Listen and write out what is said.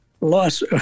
loss